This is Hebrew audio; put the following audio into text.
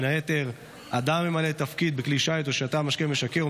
בין היתר: אדם הממלא תפקיד בכלי שיט או ששתה משקה משכר או